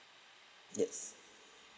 yes